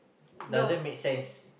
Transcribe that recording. doesn't makes sense